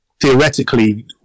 theoretically